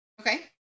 Okay